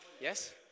Yes